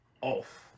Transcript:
off